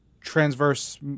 transverse